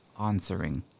answering